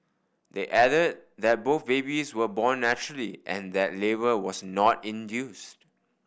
they added that both babies were born naturally and that labour was not induced